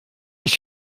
ich